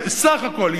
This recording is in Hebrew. סך הכול,